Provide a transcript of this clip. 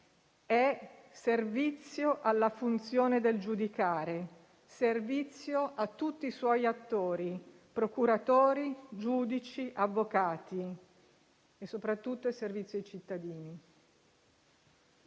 è servizio alla funzione del giudicare, servizio a tutti i suoi attori, procuratori, giudici e avvocati, e soprattutto è servizio ai cittadini.